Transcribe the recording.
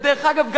ודרך אגב,